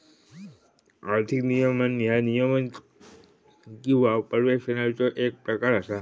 आर्थिक नियमन ह्या नियमन किंवा पर्यवेक्षणाचो येक प्रकार असा